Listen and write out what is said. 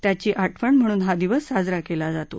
त्याची आठवण म्हणून हा दिवस साजरा केला जातो